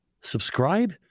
Subscribe